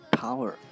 power